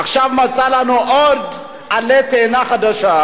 עכשיו מצא לנו עוד עלה תאנה חדש,